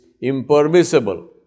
impermissible